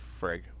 Frig